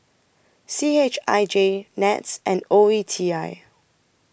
C H I J Nets and O E T I